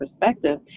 perspective